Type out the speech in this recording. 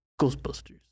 Ghostbusters